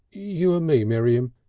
you and me, miriam,